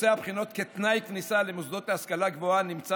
נושא הבחינות כתנאי כניסה למוסדות ההשכלה הגבוהה נמצא